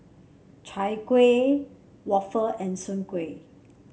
Chai Kuih Waffle and Soon Kuih